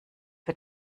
für